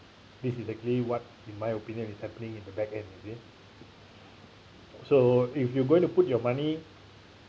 this is actually what in my opinion is happening in the backend you see so if you're going to put your money